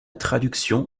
traduction